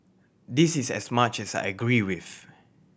this is as much as I agree with